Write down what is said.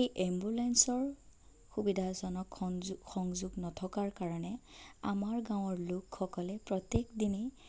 এই এম্বুলেঞ্চৰ সুবিধাজনক সংযোগ সংযোগ নথকাৰ কাৰণে আমাৰ গাঁৱৰ লোকসকলে প্ৰত্যেক দিনে